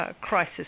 crisis